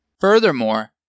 Furthermore